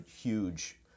huge